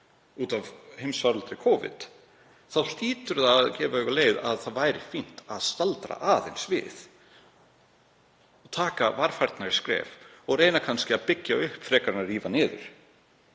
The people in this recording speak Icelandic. út af heimsfaraldri Covid þá hlýtur að gefa augaleið að það væri fínt að staldra aðeins við, stíga varfærnari skref og reyna kannski að byggja upp frekar en að rífa niður.